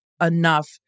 enough